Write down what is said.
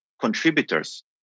contributors